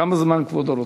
כמה זמן כבודו רוצה?